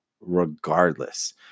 regardless